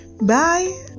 bye